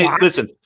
Listen